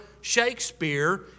Shakespeare